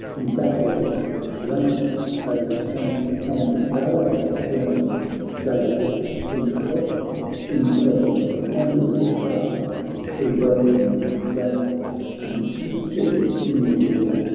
in battle's ranks they strength and valour join datis himself impels the ponderous car thro' broken ranks, conspicuous in the war.